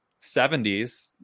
70s